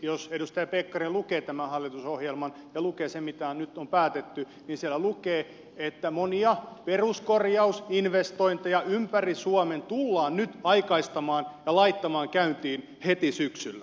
jos edustaja pekkarinen lukee tämän hallitusohjelman ja lukee sen mitä nyt on päätetty niin siellä lukee että monia peruskorjausinvestointeja ympäri suomen tullaan nyt aikaistamaan ja laittamaan käyntiin heti syksyllä